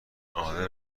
آره